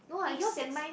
each six